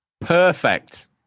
Perfect